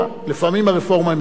לפעמים הרפורמה היא מצוינת.